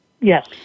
Yes